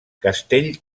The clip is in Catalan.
castell